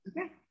Okay